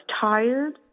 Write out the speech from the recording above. tired